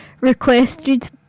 requested